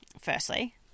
firstly